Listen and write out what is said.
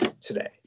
today